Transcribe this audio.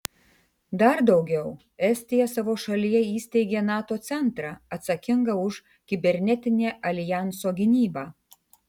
dar daugiau estija savo šalyje įsteigė nato centrą atsakingą už kibernetinę aljanso gynybą